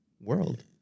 world